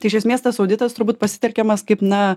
tai iš esmės tas auditas turbūt pasitelkiamas kaip na